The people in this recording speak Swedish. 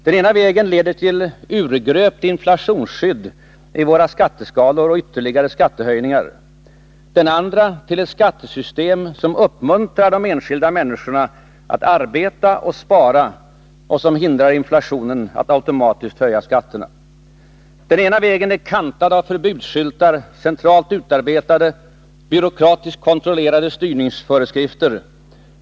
Den ena vägen leder till urgröpt inflationsskydd i våra skatteskalor och ytterligare skattehöjningar, den andra till ett skattesystem som uppmuntrar de enskilda människorna att arbeta och spara och som hindrar inflationen att automatiskt höja skatterna. Den ena vägen är kantad med förbudsskyltar, centralt utarbetade, byråkratiskt kontrollerade styrningsföreskrifter.